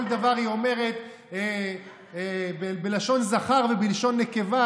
דבר היא אומרת בלשון זכר ובלשון נקבה,